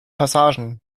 passagen